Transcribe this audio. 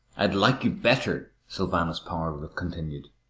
i'd like you better, sylvanus power continued.